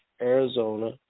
Arizona